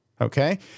Okay